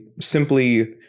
simply